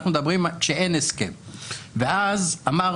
אנחנו מדברים על מצב בו אין הסכם ואז אמרנו